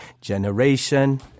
Generation